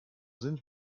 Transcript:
sind